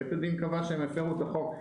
בית הדין קבע שהם הפרו את החוק.